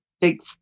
big